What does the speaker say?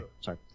Sorry